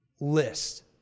list